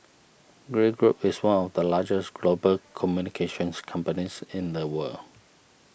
Grey Group is one of the largest global communications companies in the world